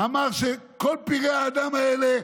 אמר שכל פראי האדם האלה,